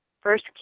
first